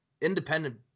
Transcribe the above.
independent